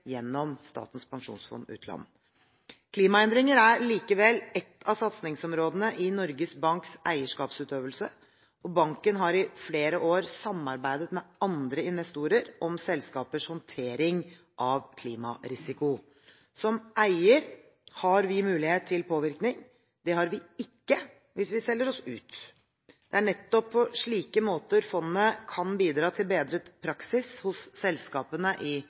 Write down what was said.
gjennom Statens pensjonsfond utland. Klimaendringer er likevel ett av satsingsområdene i Norges Banks eierskapsutøvelse, og banken har i flere år samarbeidet med andre investorer om selskapers håndtering av klimarisiko. Som eier har vi mulighet til påvirkning. Det har vi ikke hvis vi selger oss ut. Det er nettopp på slike måter fondet kan bidra til bedret praksis hos selskapene i